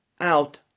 out